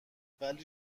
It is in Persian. ولی